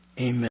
amen